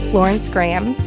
laurence graham,